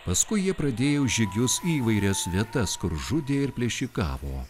paskui jie pradėjo žygius į įvairias vietas kur žudė ir plėšikavo